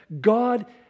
God